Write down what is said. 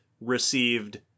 received